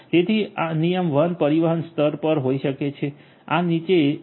તેથી નિયમ 1 પરિવહન સ્તર પર હોઈ શકે આ નીચે યુ